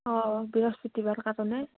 অঁ বৃহস্পতিবাৰ কাৰণে